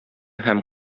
һәм